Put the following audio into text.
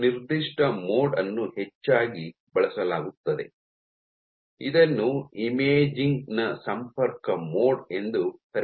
ಒಂದು ನಿರ್ದಿಷ್ಟ ಮೋಡ್ ಅನ್ನು ಹೆಚ್ಚಾಗಿ ಬಳಸಲಾಗುತ್ತದೆ ಇದನ್ನು ಇಮೇಜಿಂಗ್ ನ ಸಂಪರ್ಕ ಮೋಡ್ ಎಂದು ಕರೆಯಲಾಗುತ್ತದೆ